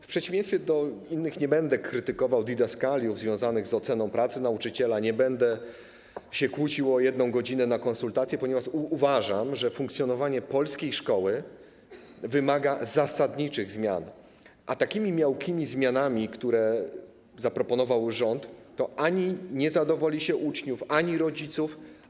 W przeciwieństwie do innych nie będę krytykował didaskaliów związanych z oceną pracy nauczyciela, nie będę się kłócił o 1 godzinę na konsultacje, ponieważ uważam, że funkcjonowanie polskiej szkoły wymaga zasadniczych zmian, a takimi miałkimi zmianami, jakie zaproponował rząd, nie zadowoli się ani uczniów, ani rodziców.